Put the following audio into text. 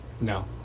No